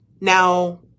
Now